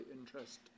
interest